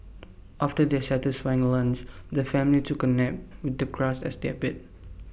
after their satisfying lunch the family took A nap with the grass as their bed